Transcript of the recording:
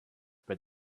but